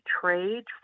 trade